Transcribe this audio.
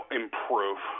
improve